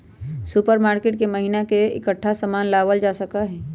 supermarket से महीना के सामान इकट्ठा लावल जा सका हई